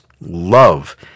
love